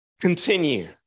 continue